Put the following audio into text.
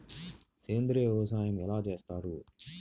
సేంద్రీయ వ్యవసాయం ఎలా చేస్తారు?